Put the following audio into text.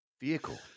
vehicle